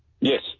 Yes